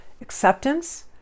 acceptance